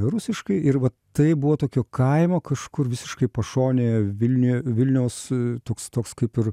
rusiškai ir va tai buvo tokio kaimo kažkur visiškai pašonėje vilniuje vilniaus toks toks kaip ir